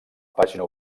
pàgina